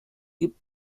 gibt